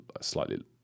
slightly